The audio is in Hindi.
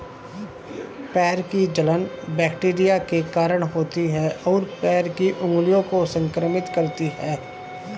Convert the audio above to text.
पैर की जलन बैक्टीरिया के कारण होती है, और पैर की उंगलियों को संक्रमित करती है